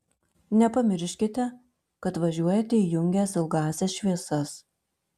nepamirškite kad važiuojate įjungęs ilgąsias šviesas